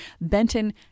Benton